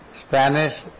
Spanish